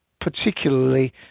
particularly